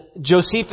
josephus